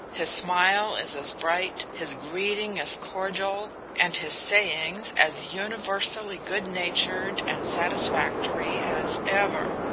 his smile is as bright, his greeting as cordial, and his sayings as universally good-natured and satisfactory as ever.